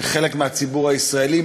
כחלק מהציבור הישראלי,